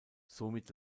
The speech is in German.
somit